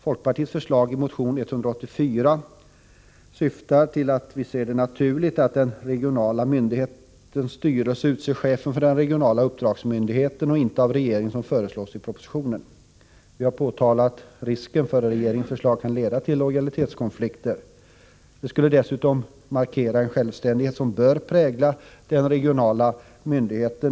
Folkpartiets förslag i motion 184 går ut på att det måste 123 betraktas som naturligt att den regionala myndighetens styrelse utser chefen för den regionala uppdragsmyndigheten, och inte regeringen som föreslås i propositionen. Vi har framhållit risken för att regeringens förslag kan leda till lojalitetskonflikter. Folkpartiets förslag skulle också markera den självständighet som bör prägla den regionala myndigheten.